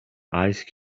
ice